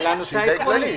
על הנושא העקרוני.